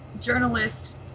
journalist